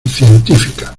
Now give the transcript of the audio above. científica